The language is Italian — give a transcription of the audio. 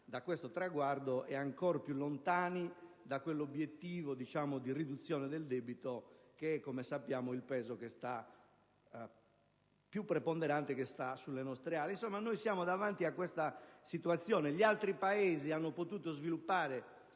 da tale traguardo e ancor più lontani da quell'obiettivo di riduzione del debito che é, come sappiamo, il peso preponderante che sta sulle nostre ali. Insomma, siamo dinanzi a questa situazione: gli altri Paesi hanno potuto sviluppare